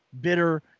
bitter